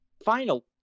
Final